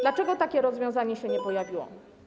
Dlaczego takie rozwiązanie się nie pojawiło?